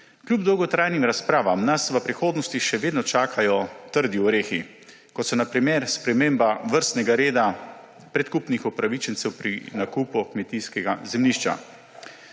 Kljub dolgotrajnim razpravam nas v prihodnosti še vedno čakajo trdi orehi, kot so na primer sprememba vrstnega reda predkupnih upravičencev pri nakupu kmetijskega zemljišča.